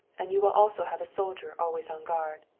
and you will also have a soldier always on guard.